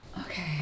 Okay